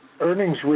earnings